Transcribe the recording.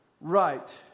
right